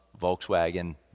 Volkswagen